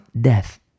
death